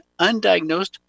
undiagnosed